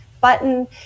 button